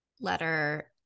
letter